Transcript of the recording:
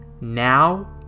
Now